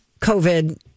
COVID